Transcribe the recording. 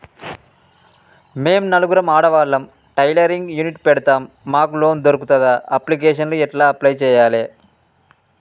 మేము నలుగురం ఆడవాళ్ళం టైలరింగ్ యూనిట్ పెడతం మాకు లోన్ దొర్కుతదా? అప్లికేషన్లను ఎట్ల అప్లయ్ చేయాలే?